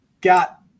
got